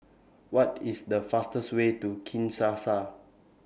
What IS The fastest Way to Kinshasa